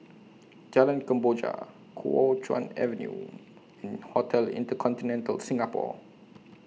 Jalan Kemboja Kuo Chuan Avenue and Hotel InterContinental Singapore